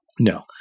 No